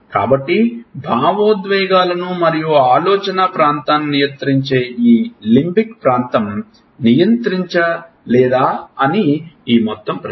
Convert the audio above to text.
కాబట్టి భావోద్వేగాలను మరియు ఆలోచనా ప్రాంతాన్ని నియంత్రించే ఈ లింబిక్ ప్రాంతం నియంత్రించలేదా అని ఈ మొత్తం ప్రశ్న